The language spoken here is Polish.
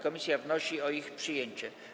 Komisja wnosi o ich przyjęcie.